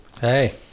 Hey